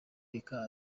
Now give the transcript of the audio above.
reka